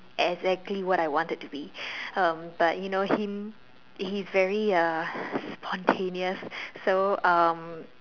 exactly what I wanted to be um but you know him he's very uh spontaneous so um